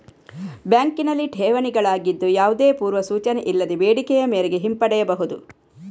ಬ್ಯಾಂಕಿನಲ್ಲಿ ಠೇವಣಿಗಳಾಗಿದ್ದು, ಯಾವುದೇ ಪೂರ್ವ ಸೂಚನೆ ಇಲ್ಲದೆ ಬೇಡಿಕೆಯ ಮೇರೆಗೆ ಹಿಂಪಡೆಯಬಹುದು